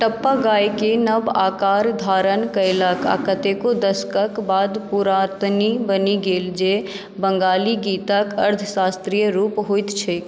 टप्पा गायकी नव आकार धारण कयलक आ कतेको दशकक बाद पुरातनी बनि गेल जे बङ्गाली गीतक अर्धशास्त्रीय रूप होइत छैक